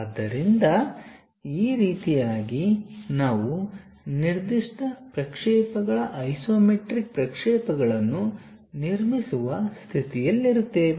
ಆದ್ದರಿಂದ ಈ ರೀತಿಯಾಗಿ ನಾವು ನಿರ್ದಿಷ್ಟ ಪ್ರಕ್ಷೇಪಗಳ ಐಸೊಮೆಟ್ರಿಕ್ ಪ್ರಕ್ಷೇಪಗಳನ್ನು ನಿರ್ಮಿಸುವ ಸ್ಥಿತಿಯಲ್ಲಿರುತ್ತೇವೆ